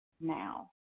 now